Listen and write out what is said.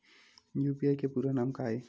UPI के पूरा नाम का ये?